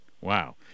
Wow